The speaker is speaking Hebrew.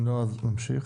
אם לא, אז נמשיך.